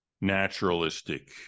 naturalistic